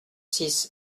six